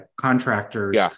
contractors